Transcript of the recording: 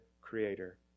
creator